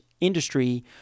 industry